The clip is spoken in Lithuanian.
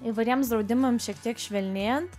įvairiems draudimams šiek tiek švelnėjant